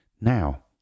Now